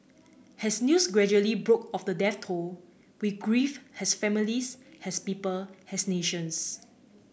has news gradually broke of the death toll we grieve has families has people has nations